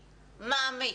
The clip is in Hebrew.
מעמיק,